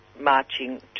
marching